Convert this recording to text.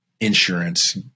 insurance